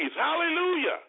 Hallelujah